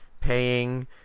paying